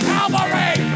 Calvary